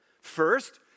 First